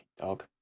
Dog